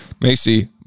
Macy